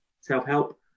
self-help